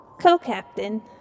Co-captain